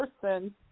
person